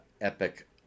epic